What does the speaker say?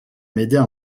m’aider